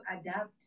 adapt